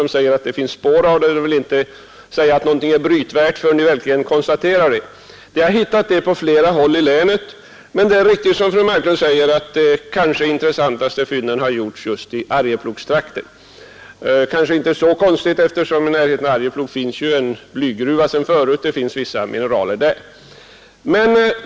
De säger att det finns spår, och de vill inte säga att någonting är brytvärt förrän de verkligen konstaterar det. Fynd har gjorts på flera håll i länet, men det är riktigt som fru Marklund säger att de kanske intressantaste fynden har gjorts i Arjeplogstrakten. Det är kanske inte så konstigt, eftersom det redan förut finns en blygruva i närheten av Arjeplog.